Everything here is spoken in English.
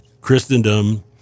Christendom